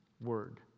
Word